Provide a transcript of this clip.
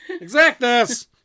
Exactness